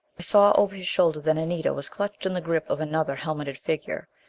i saw over his shoulder that anita was clutched in the grip of another helmeted figure.